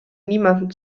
niemandem